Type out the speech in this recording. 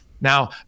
Now